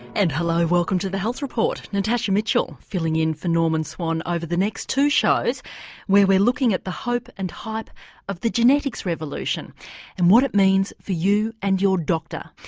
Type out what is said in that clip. and welcome to the health report. natasha mitchell filling in for norman swan over the next two shows where we're looking at the hope and hype of the genetics revolution and what it means for you and your doctor.